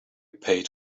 paid